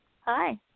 Hi